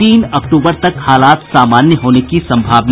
तीन अक्टूबर तक हालात सामान्य होने की संभावना